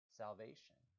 salvation